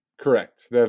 Correct